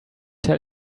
tell